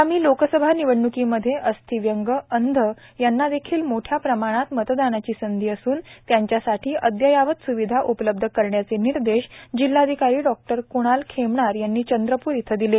आगामी लोकसभा निवडण्कीमध्ये अस्थिव्यंग अंध यांना देखील मोठ्या प्रमाणात मतदानाची संधी असून त्यांच्यासाठी अद्ययावत स्विधा उपलब्ध करण्याचे निर्देश जिल्हाधिकारी डॉण्क्णाल खेमनार यांनी चंद्रपूर इथं दिले